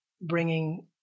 bringing